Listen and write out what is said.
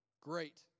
great